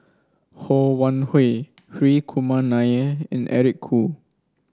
Ho Wan Hui Hri Kumar Nair and Eric Khoo